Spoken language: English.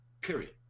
period